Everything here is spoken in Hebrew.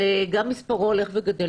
שמספרו הולך וגדל.